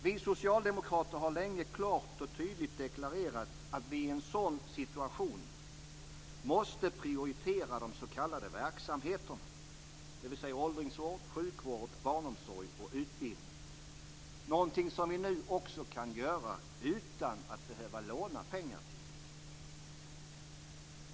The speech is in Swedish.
Vi socialdemokrater har länge klart och tydligt deklarerat att vi i en sådan situation måste prioritera de s.k. verksamheterna, dvs. åldringsvård, sjukvård, barnomsorg och utbildning - något som vi nu också kan göra utan att behöva låna pengar till det.